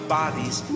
bodies